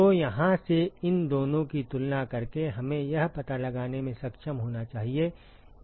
तो यहाँ से इन दोनों की तुलना करके हमें यह पता लगाने में सक्षम होना चाहिए कि Tco क्या है